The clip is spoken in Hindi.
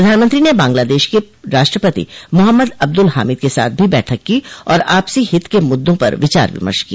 प्रधानमंत्री ने बांग्लादेश के राष्ट्रपति मोहम्मद अब्दुल हामिद के साथ भी बैठक की और आपसी हित के मुद्दों पर विचार विमर्श किया